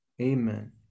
Amen